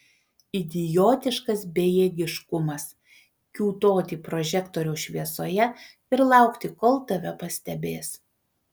idiotiškas bejėgiškumas kiūtoti prožektoriaus šviesoje ir laukti kol tave pastebės